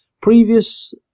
previous